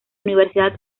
universidad